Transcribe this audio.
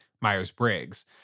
Myers-Briggs